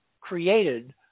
created